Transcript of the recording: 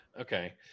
Okay